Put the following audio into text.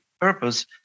purpose